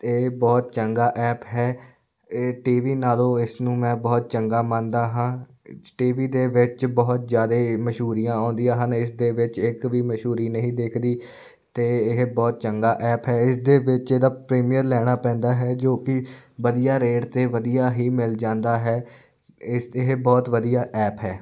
ਅਤੇ ਇਹ ਬਹੁਤ ਚੰਗਾ ਐਪ ਹੈ ਇਹ ਟੀ ਵੀ ਨਾਲੋਂ ਇਸ ਨੂੰ ਮੈਂ ਬਹੁਤ ਚੰਗਾ ਮੰਨਦਾ ਹਾਂ ਚ ਟੀ ਵੀ ਦੇ ਵਿੱਚ ਬਹੁਤ ਜ਼ਿਆਦੇ ਮਸ਼ਹੂਰੀਆਂ ਆਉਂਦੀਆਂ ਹਨ ਇਸ ਦੇ ਵਿੱਚ ਇੱਕ ਵੀ ਮਸ਼ਹੂਰੀ ਨਹੀਂ ਦਿੱਖਦੀ ਅਤੇ ਇਹ ਬਹੁਤ ਚੰਗਾ ਐਪ ਹੈ ਇਸਦੇ ਵਿੱਚ ਇਹਦਾ ਪ੍ਰੀਮੀਅਰ ਲੈਣਾ ਪੈਂਦਾ ਹੈ ਜੋ ਕਿ ਵਧੀਆ ਰੇਟ 'ਤੇ ਵਧੀਆ ਹੀ ਮਿਲ ਜਾਂਦਾ ਹੈ ਇਸ ਇਹ ਬਹੁਤ ਵਧੀਆ ਐਪ ਹੈ